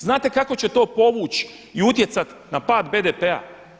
Znate kako će to povući i utjecati na pad BDP-a?